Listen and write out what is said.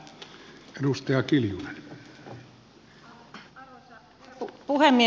arvoisa puhemies